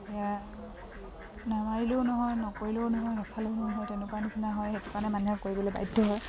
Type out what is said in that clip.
নামাৰিলেও নহয় নকৰিলেও নহয় নাখালেও নহয় তেনেকুৱা নিচিনা হয় সেইকাৰণে মানুহে কৰিবলৈ বাধ্য হয়